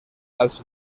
als